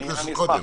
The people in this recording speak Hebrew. אני אשמח.